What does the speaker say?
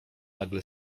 nagle